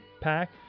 pack